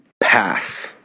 pass